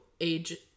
age